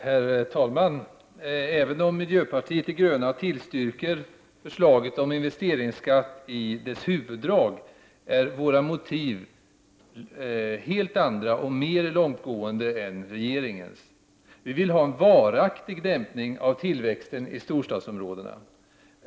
Herr talman! Även om vi i miljöpartiet de gröna tillstyrker förslaget om investeringsskatt i dess huvuddrag, är våra motiv helt andra och mer långtgående än regeringens. Vi vill ha en varaktig dämpning av tillväxten i storstadsområdena.